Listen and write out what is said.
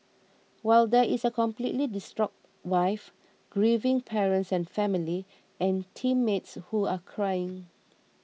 while there is a completely distraught wife grieving parents and family and teammates who are crying